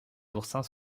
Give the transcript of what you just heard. oursins